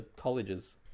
colleges